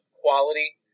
quality